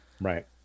right